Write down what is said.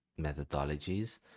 methodologies